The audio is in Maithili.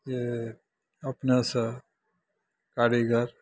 जे अपनेँसे कारीगर